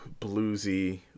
bluesy